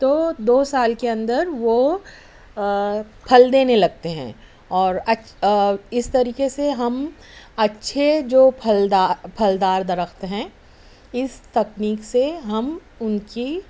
تو دو سال کے اندر وہ پھل دینے لگتے ہیں اور اِس طریقے سے ہم اچھے جو پھلدار پھلدار درخت ہیں اِس تکنیک سے ہم اُن کی